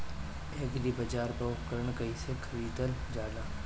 एग्रीबाजार पर उपकरण कइसे खरीदल जाला?